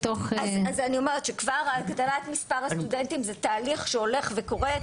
אז אני אומרת שכבר הגדלת מספר הסטודנטים זה תהליך שהולך וקורה.